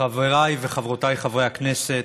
חבריי וחברותיי חברי הכנסת,